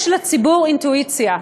יש לציבור אינטואיציה,